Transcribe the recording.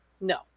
No